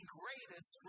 greatest